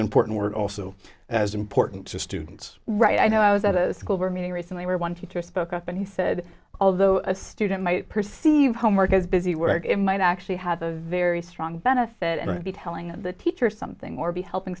important and also as important to students right i know i was at a school board meeting recently where one teacher spoke up and he said although a student might perceive homework as busy work it might actually have a very strong benefit and be telling the teacher something or be helping